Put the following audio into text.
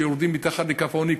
שיורדים מתחת לקו העוני,